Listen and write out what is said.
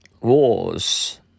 wars